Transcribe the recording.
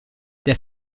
der